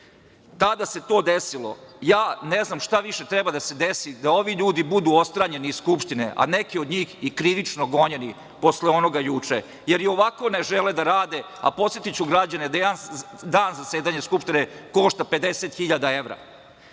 Tada se to desilo. Ja ne znam šta više treba da se desi da ovi ljudi budu odstranjeni ih Skupštine, a neki od njih i krivično gonjeni posle onoga juče, je i ovako ne žele da rade. Podsetiću građane da jedan dan zasedanja Skupštine košta 50.000 evra.